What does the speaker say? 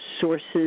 sources